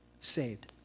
saved